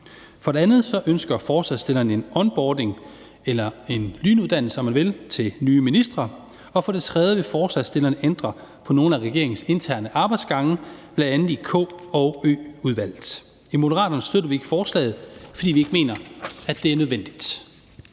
For det andet ønsker forslagsstillerne en onboarding eller en lynuddannelse, om man vil, til nye ministre. Og for det tredje vil forslagsstillerne ændre på nogle af regeringens interne arbejdsgange, bl.a. i K- og Ø-udvalget. I Moderaterne støtter vi ikke forslaget, fordi vi ikke mener, at det er nødvendigt.